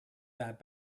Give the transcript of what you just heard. that